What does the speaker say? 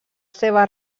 seva